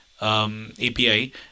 API